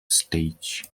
stage